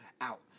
out